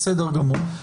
בסדר גמור.